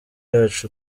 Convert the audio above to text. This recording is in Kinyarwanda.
yacu